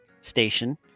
station